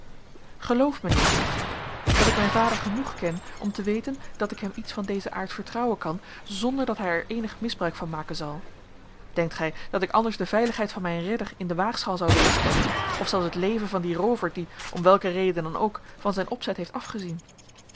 geloof mijnheer zeide ik dat ik mijn vader genoeg ken om te weten dat ik hem iets van dezen aard vertrouwen kan zonder dat hij er eenig misbruik van maken zal denkt gij dat ik anders de veiligheid van mijn redder in de waagschaal zou willen stellen of zelfs het leven van dien roover die om welke reden dan ook van zijn opzet heeft afgezien